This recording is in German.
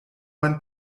man